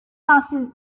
passes